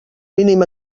mínim